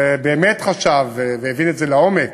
ובאמת חשב, והבין את זה לעומק,